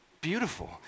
beautiful